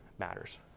matters